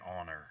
honor